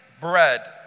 bread